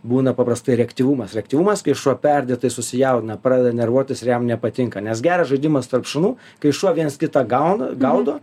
būna paprastai reaktyvumas reaktyvumas kai šuo perdėtai susijaudina pradeda nervuotis ir jam nepatinka nes geras žaidimas tarp šunų kai šuo viens kitą gauna gaudo